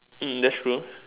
um that's true